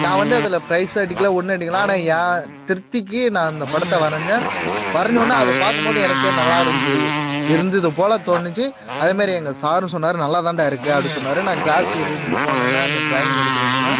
நான் வந்து அதில் ப்ரைஸு அடிக்கலை ஒன்றும் அடிக்கலை ஆனால் என் திருப்திக்கு நான் அந்த படத்தை வரைஞ்சேன் வரைஞ்சோனே அதை பார்க்கும் போது எனக்கு நல்லாயிருந்தது இருந்தது போல் தோணுச்சு அதே மாரி எங்கள் சாரும் சொன்னார் நல்லா தான்டா இருக்கு அப்படி சொன்னார் நான் க்ளாஸ் ரூமுக்கு போனேன்னா அந்த ட்ராயிங் எடுத்துட்டு போனேன்